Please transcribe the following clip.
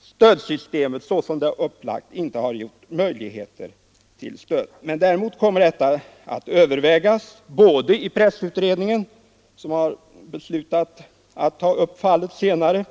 stödsystemet såsom det är upplagt inte har givit möjligheter till stöd. Däremot kommer detta att övervägas i pressutredningen, som efter en skrivelse till utredningen har beslutat att ta upp fallet senare.